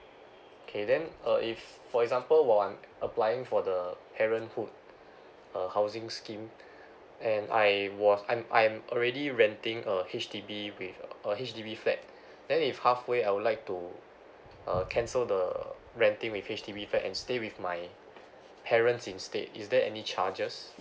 okay then uh if for example upon applying for the parenthood uh housing scheme and I was I'm I'm already renting a H_D_B with a H_D_B flat then if halfway I would like to uh cancel the renting with H_D_B flat and stay with my parents instead is there any charges